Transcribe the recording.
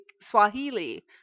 Swahili